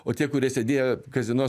o tie kurie sėdėjo kazino